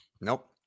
Nope